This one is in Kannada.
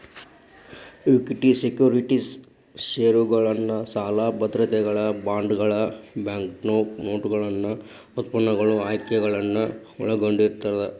ಇಕ್ವಿಟಿ ಸೆಕ್ಯುರಿಟೇಸ್ ಷೇರುಗಳನ್ನ ಸಾಲ ಭದ್ರತೆಗಳ ಬಾಂಡ್ಗಳ ಬ್ಯಾಂಕ್ನೋಟುಗಳನ್ನ ಉತ್ಪನ್ನಗಳು ಆಯ್ಕೆಗಳನ್ನ ಒಳಗೊಂಡಿರ್ತದ